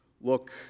look